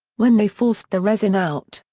when they forced the resin out,